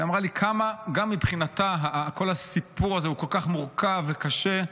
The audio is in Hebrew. היא אמרה לי כמה גם מבחינתה כל הסיפור הזה הוא כל כך מורכב וקשה,